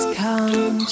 come